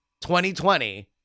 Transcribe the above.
2020